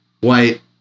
white